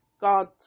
God